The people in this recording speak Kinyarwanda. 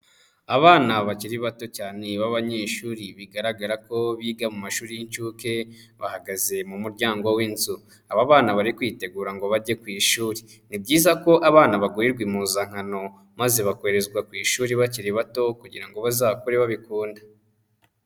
Abana bakiri bato cyane b'abanyeshuri bigaragara ko biga mu mashuri y'inshuke bahagaze mu muryango w'inzu, aba bana bari kwitegura ngo bajye ku ishuri, ni byiza ko abana bagurirwa impuzankano maze bakoherezwa ku ishuri bakiri bato kugira ngo bazakure babikunda.